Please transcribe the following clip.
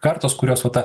kartos kurios va ta